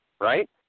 right